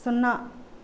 సున్నా